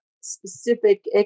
specific